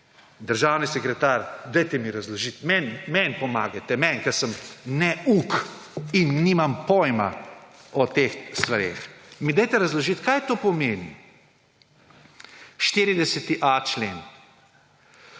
državni sekretar, dajte mi razložiti, meni pomagajte, meni, ker sem neuk in nimam pojma o teh stvareh, mi dajte razložiti, kaj to pomeni. 40.a člen,